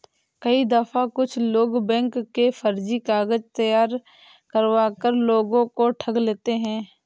कई दफा कुछ लोग बैंक के फर्जी कागज तैयार करवा कर लोगों को ठग लेते हैं